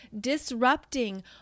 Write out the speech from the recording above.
disrupting